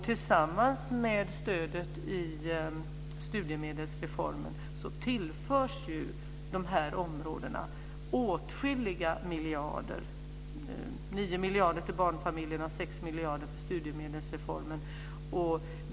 Tillsammans med stödet i studiemedelsreformen tillförs dessa områden åtskilliga miljarder, 9 miljarder till barnfamiljerna och 6 miljarder för studiemedelsreformen.